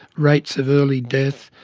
rates of early death,